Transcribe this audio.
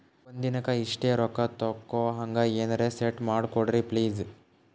ಒಂದಿನಕ್ಕ ಇಷ್ಟೇ ರೊಕ್ಕ ತಕ್ಕೊಹಂಗ ಎನೆರೆ ಸೆಟ್ ಮಾಡಕೋಡ್ರಿ ಪ್ಲೀಜ್?